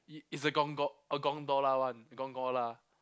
it's a gongo~ a gondola one gongola